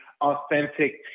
authentic